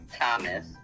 Thomas